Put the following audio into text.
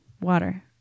water